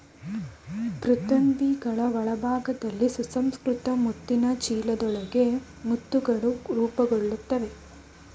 ಮೃದ್ವಂಗಿಗಳ ಒಳಭಾಗದಲ್ಲಿ ಸುಸಂಸ್ಕೃತ ಮುತ್ತಿನ ಚೀಲದೊಳಗೆ ಮುತ್ತುಗಳು ರೂಪುಗೊಳ್ತವೆ